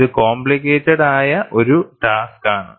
ഇത് കോംപ്ലിക്കെറ്റ്ഡ് ആയ ഒരു ടാസ്ക് ആണ്